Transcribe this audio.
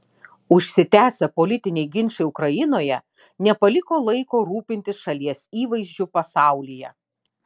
užsitęsę politiniai ginčai ukrainoje nepaliko laiko rūpintis šalies įvaizdžiu pasaulyje